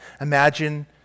imagine